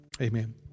Amen